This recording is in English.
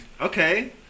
Okay